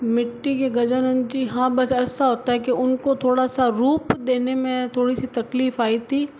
मिट्टी के गजानन जी हाँ बस ऐसा होता है कि उनको थोड़ा सा रूप देने में थोड़ी सी तकलीफ आई थी